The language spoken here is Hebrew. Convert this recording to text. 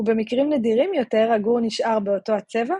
ובמקרים נדירים יותר הגור נשאר באותו הצבע,